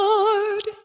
Lord